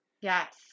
Yes